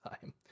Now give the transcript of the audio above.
time